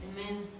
Amen